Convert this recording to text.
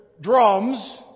drums